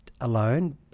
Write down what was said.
alone